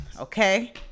okay